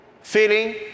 feeling